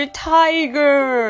tiger